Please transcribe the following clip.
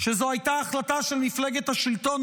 שזו הייתה החלטה של מפלגת השלטון,